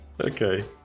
Okay